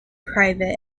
private